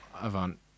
Avant